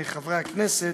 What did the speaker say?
חברי הכנסת,